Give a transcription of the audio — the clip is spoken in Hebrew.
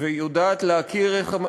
ויודעת להכיר איך המערכת,